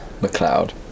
McLeod